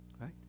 right